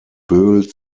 boel